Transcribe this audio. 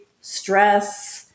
stress